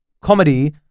comedy